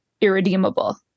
irredeemable